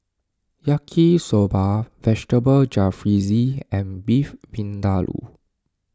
Yaki Soba Vegetable Jalfrezi and Beef Vindaloo